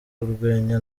urwenya